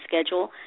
schedule